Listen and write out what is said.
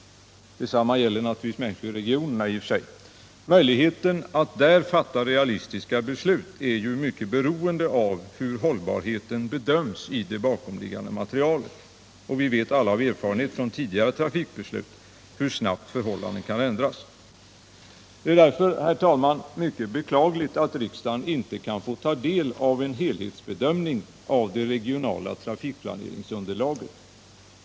Detsamma gäller naturligtvis människor i regionerna. Möjligheten att där fatta realistiska beslut är mycket beroende av hur hållbarheten bedöms i det bakomliggande materialet. Vi vet alla av erfarenhet från tidigare trafikbeslut hur snabbt förhållandena kan ändras. Det är därför, herr talman, mycket beklagligt att riksdagen inte kan få ta del av en helhetsbedömning av det regionala trafikplaneringsunderlaget.